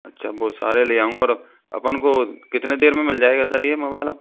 अच्छा वो सारे ले आऊंगा और अपन को कितने देर में मिल जायेगा सर ये मोबाइल अब